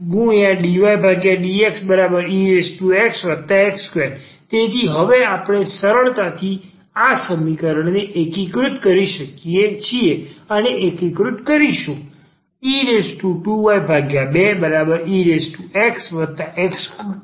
e2ydydxexx2 તેથી હવે આપણે સરળતાથી આ સમીકરણને એકીકૃત કરી શકીએ છીએ અને એકીકૃત કરીશું